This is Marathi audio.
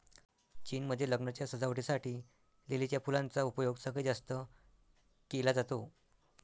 चीन मध्ये लग्नाच्या सजावटी साठी लिलीच्या फुलांचा उपयोग सगळ्यात जास्त केला जातो